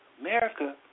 America